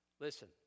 Listen